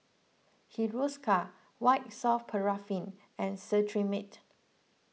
Hiruscar White Soft Paraffin and Cetrimide